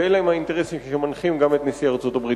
ואלה הם האינטרסים שמנחים גם את נשיא ארצות-הברית.